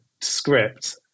script